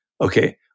Okay